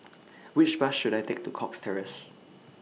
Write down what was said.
Which Bus should I Take to Cox Terrace